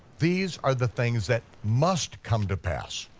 these are the things that must come to pass,